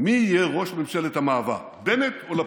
מי יהיה ראש ממשלת המעבר, בנט או לפיד.